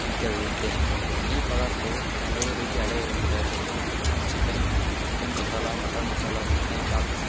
ಮುಖ್ಯ ವಿದ್ದೇಶವಾದದ್ದು ಈ ಪದಾರ್ಥವು ಹಲವು ರೀತಿಯ ಅಡಗೆಗಳನ್ನು ತಯಾರಿಸಬಹುದು chicken chicken masala mutton masala chicken chops